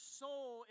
soul